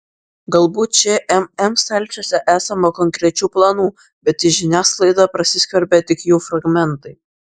galbūt šmm stalčiuose esama konkrečių planų bet į žiniasklaidą prasiskverbia tik jų fragmentai